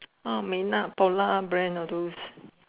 oh may not polar brand all those